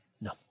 No